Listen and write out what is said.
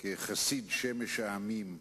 כחסיד "שמש העמים",